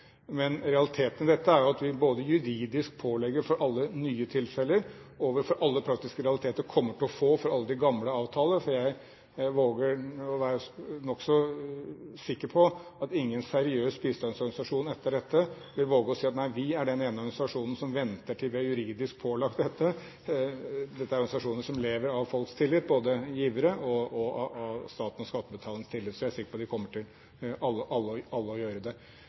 Men realiteten i dette er at vi juridisk pålegger for alle nye tilfeller og for alle de praktiske realiteter det kommer til å få for alle de gamle avtaler, for jeg våger å være nokså sikker på at ingen seriøs bistandsorganisasjon etter dette vil våge å si at nei, vi er den ene organisasjonen som venter til vi er juridisk pålagt dette. Dette er organisasjoner som lever av folks tillit, av giveres, statens og skattebetalernes tillit. Så jeg er sikker på at alle kommer til å gjøre det. For øvrig er det